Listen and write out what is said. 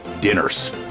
dinners